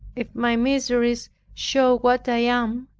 if my miseries show what i am,